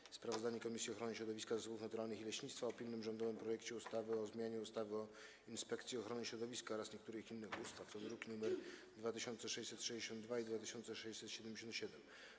8. Sprawozdanie Komisji Ochrony Środowiska, Zasobów Naturalnych i Leśnictwa o pilnym rządowym projekcie ustawy o zmianie ustawy o Inspekcji Ochrony Środowiska oraz niektórych innych ustaw (druki nr 2662 i 2677)